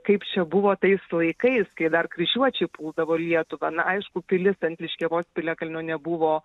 kaip čia buvo tais laikais kai dar kryžiuočiai puldavo lietuvą na aišku pilis ant liškiavos piliakalnio nebuvo